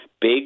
big